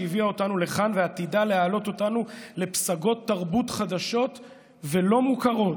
שהביאה אותנו לכאן ועתידה להעלות אותנו לפסגות תרבות חדשות ולא מוכרות,